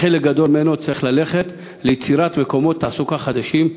חלק גדול ממנו צריך ללכת ליצירת מקומות תעסוקה חדשים,